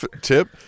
tip